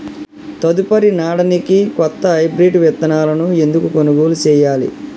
తదుపరి నాడనికి కొత్త హైబ్రిడ్ విత్తనాలను ఎందుకు కొనుగోలు చెయ్యాలి?